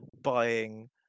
buying